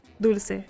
Dulce